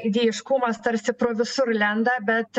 idėjiškumas tarsi pro visur lenda bet